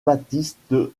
baptiste